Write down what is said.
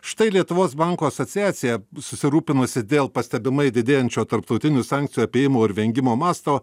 štai lietuvos bankų asociacija susirūpinusi dėl pastebimai didėjančio tarptautinių sankcijų apėjimų ir vengimų masto